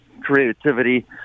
creativity